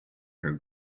her